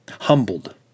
humbled